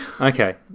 Okay